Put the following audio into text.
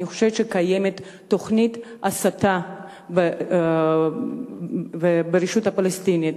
אני חושבת שקיימת תוכנית הסתה ברשות הפלסטינית.